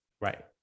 Right